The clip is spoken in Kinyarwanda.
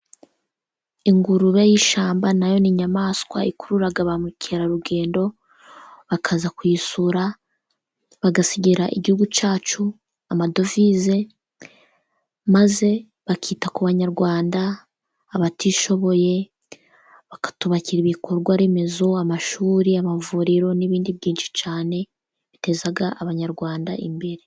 Ingurube y'ishyamba na yo ni inyamaswa ikurura ba mukerarugendo, bakaza kuyisura bagasigira igihugu cyacu amadovize maze bakita ku banyarwanda, abatishoboye bakatwubakira ibikorwa remezo amashuri, amavuriro n'ibindi byinshi cyane biteza abanyarwanda imbere.